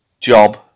job